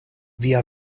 via